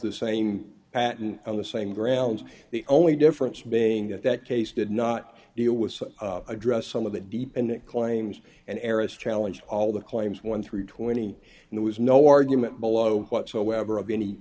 the same patent on the same grounds the only difference being that that case did not deal with address some of the deep and it claims and eris challenged all the claims one through twenty there was no argument below whatsoever of any